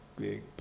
big